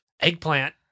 Eggplant